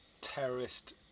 terrorist